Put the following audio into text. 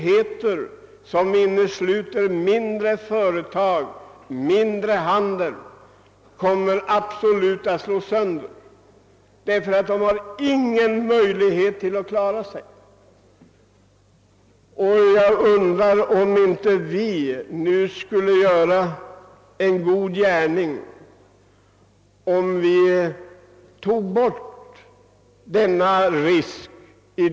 a. tror jag att många mindre företag, exempelvis affärsföretag, kommer att få läggas ned, eftersom de inte kommer att ha möjligheter att klara de höga hyrorna. Jag undrar om inte vi skulle göra en god gärning, om vi eliminerade denna risk.